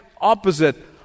opposite